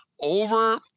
over